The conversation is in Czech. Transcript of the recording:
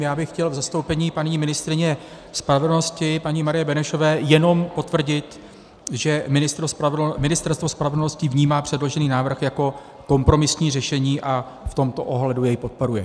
Já bych chtěl v zastoupení paní ministryně spravedlnosti paní Marie Benešové jenom potvrdit, že Ministerstvo spravedlnosti vnímá předložený návrh jako kompromisní řešení a v tomto ohledu jej podporuje.